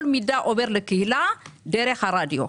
כל מידע עובר לקהילה דרך הרדיו.